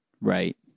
Right